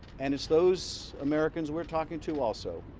and it's those americans we're talking to also.